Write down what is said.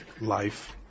life